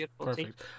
perfect